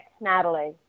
Natalie